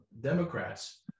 Democrats